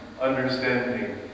understanding